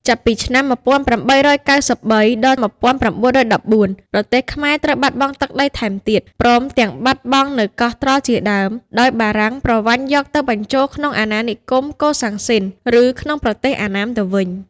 ចាប់ពីឆ្នាំ១៨៩៣ ដល់១៩១៤ ប្រទេសខ្មែរត្រូវបាត់បង់ទឹកដីថែមទៀត ព្រមទាំងបាត់បង់នៅកោះត្រល់ជាដើម ដោយបារាំងប្រវ័ញ្ចាយកទៅបញ្ចូលក្នុង អាណានិគមកូសាំងស៊ីន ឬក្នុងប្រទេសអណ្ណាមទៅវិញ។